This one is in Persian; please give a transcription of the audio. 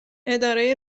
اداره